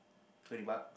twenty buck